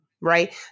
right